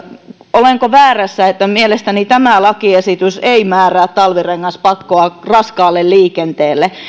olenko väärässä kun mielestäni tämä lakiesitys ei määrää talvirengaspakkoa raskaalle liikenteelle